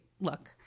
look